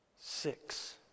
Six